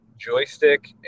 joystick